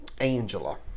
Angela